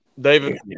david